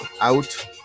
out